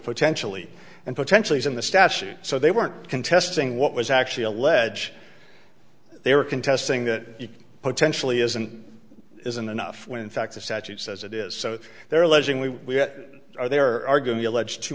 potentially and potentially is in the statute so they weren't contesting what was actually allege they were contesting that potentially isn't isn't enough when in fact the statute says it is so they're alleging we are there are going to allege too